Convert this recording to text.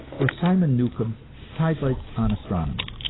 or simon newcomb's sidelights on astronomy.